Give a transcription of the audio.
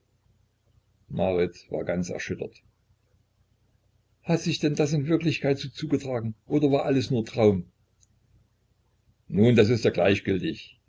marit war ganz erschüttert hat sich denn das in wirklichkeit so zugetragen oder war alles nur traum nun das ist ja gleichgültig